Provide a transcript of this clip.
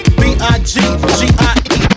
biggie